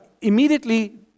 Immediately